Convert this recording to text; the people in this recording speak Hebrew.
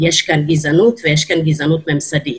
יש כאן גזענות ויש כאן גזענות ממסדית.